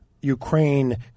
ukraine